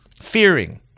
fearing